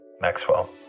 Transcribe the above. Maxwell